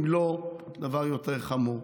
אם לא דבר יותר חמור.